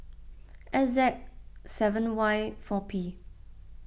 S Z seven Y four P